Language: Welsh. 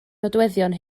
nodweddion